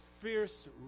fierce